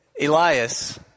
Elias